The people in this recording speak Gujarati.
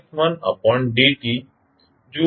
જુઓ છો